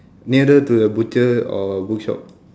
nearer to the butcher or bookshop